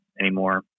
anymore